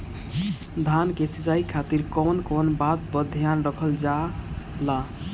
धान के सिंचाई खातिर कवन कवन बात पर ध्यान रखल जा ला?